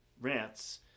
rants